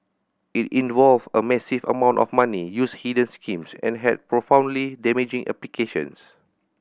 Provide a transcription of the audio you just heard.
it involve a massive amount of money used hidden schemes and had profoundly damaging implications